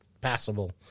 passable